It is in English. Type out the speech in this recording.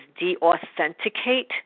deauthenticate